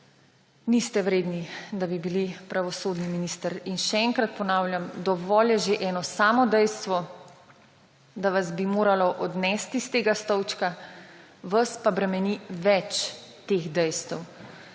niste vredni, da bi bili pravosodni minister. In še enkrat ponavljam: dovolj je že eno samo dejstvo, ki bi vas moralo odnesti s tega stolčka, vas pa bremeni več teh dejstev.